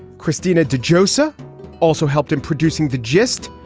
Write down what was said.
christina de josiah also helped him producing the gist.